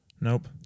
Nope